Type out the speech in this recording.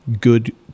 good